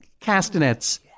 Castanets